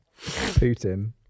Putin